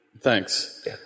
Thanks